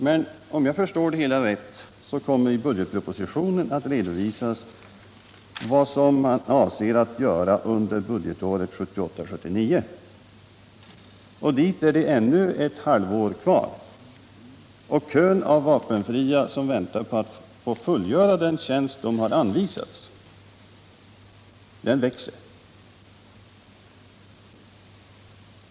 Men om jag förstår det hela rätt kommer i denna att redovisas vad man avser att göra under budgetåret 1978/79, och dit är det ännu ett halvår kvar. Kön av vapenfria som väntar på att få fullgöra den tjänst de har anvisats växer.